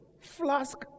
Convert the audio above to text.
Flask